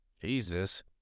Jesus